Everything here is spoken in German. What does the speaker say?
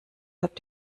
habt